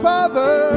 Father